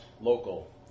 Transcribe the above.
Local